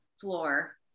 floor